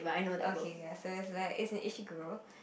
okay ya so is like is a Ishiguro